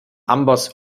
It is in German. amboss